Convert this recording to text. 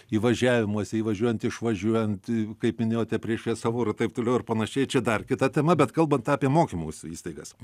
įvažiavimuose įvažiuojant išvažiuojant kaip minėjote prie šviesoforų ir taip toliau ir panašiai čia dar kita tema bet kalbant apie mokymosi įstaigas